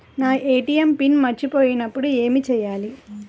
నా ATM PIN మర్చిపోయినప్పుడు ఏమి చేయాలి?